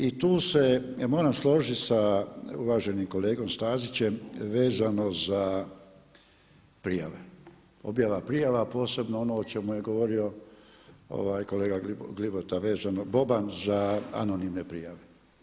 I tu se moram složiti sa uvaženim kolegom Stazićem vezano za prijave, objava prijava posebno ono o čemu je govorio kolega … Boban, za anonimne prijave.